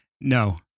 no